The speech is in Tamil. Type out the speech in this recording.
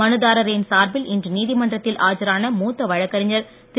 மனுதாரரின் சார்பில் இன்று நீதிமன்றத்தில் ஆஜரான மூத்த வழக்கறிஞர் திரு